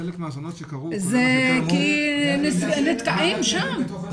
חלק מהאסונות שקרו זה ילדים שנתקעים בתוך רכב.